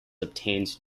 obtained